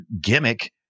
gimmick